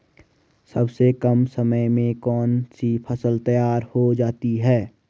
सबसे कम समय में कौन सी फसल तैयार हो जाती है?